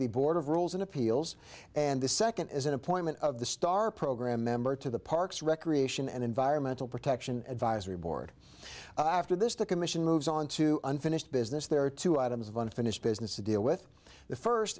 the board of rules and appeals and the second is an appointment of the star program member to the parks recreation and environmental protection advisory board after this the commission moves on to unfinished business there are two items of unfinished business to deal with the first